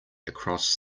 across